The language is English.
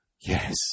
Yes